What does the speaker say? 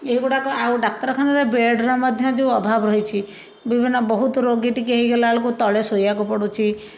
ଏଇ ଗୁଡ଼ାକ ଆଉ ଡ଼ାକ୍ତରଖାନାରେ ବେଡ଼ର ମଧ୍ୟ ଯେଉଁ ଅଭାବ ରହିଛି ବିଭିନ୍ନ ବହୁତ ରୋଗୀ ଟିକିଏ ହେଇଗଲାବେଳୁକୁ ତଳେ ଶୋଇବାକୁ ପଡ଼ୁଛି